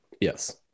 Yes